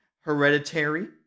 Hereditary